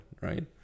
right